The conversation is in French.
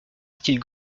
style